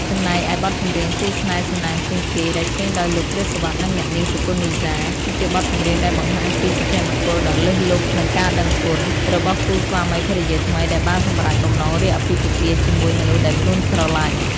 ចំណែកឯបទចម្រៀង គូស្នេហ៍សំណាងជាងគេ ដែលច្រៀងដោយលោក ព្រាប សុវត្ថិ និងអ្នកនាង សុគន្ធ នីសា គឺជាបទចម្រៀងដែលបង្ហាញពី សុភមង្គលដ៏លើសលប់ និងការដឹងគុណ របស់គូស្វាមីភរិយាថ្មីដែលបានសម្រេចបំណងរៀបអាពាហ៍ពិពាហ៍ជាមួយមនុស្សដែលខ្លួនស្រឡាញ់។